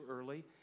early